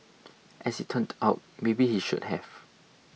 as it turned out maybe he should have